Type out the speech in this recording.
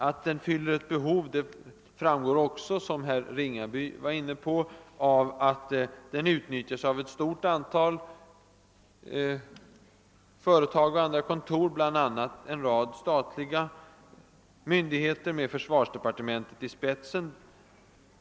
Att den fyller ett behov framgår också, vilket herr Ringaby var inne på, av att den utnyttjas av ett stort antal företag, bland annat en rad statliga myndigheter med försvarsdepartementet i spetsen.